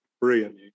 brilliant